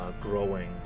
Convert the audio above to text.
growing